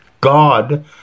God